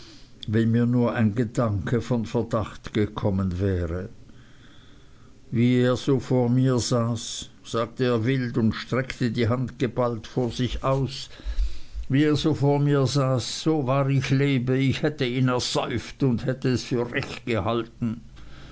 wenn mir nur ein gedanke von verdacht gekommen wäre wie er so vor mir saß sagte er wild und streckte die hand geballt vor sich aus wie er so vor mir saß so wahr ich lebe ich hätte ihn ersäuft und hätte es für recht gehalten